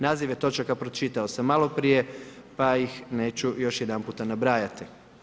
Nazive točaka pročitao sam maloprije, pa ih neću još jedanputa nabrajati.